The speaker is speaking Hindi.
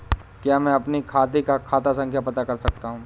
क्या मैं अपने खाते का खाता संख्या पता कर सकता हूँ?